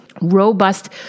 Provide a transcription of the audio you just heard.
Robust